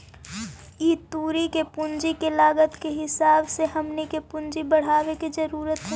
ई तुरी के पूंजी के लागत के हिसाब से हमनी के पूंजी बढ़ाबे के जरूरत हई